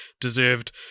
deserved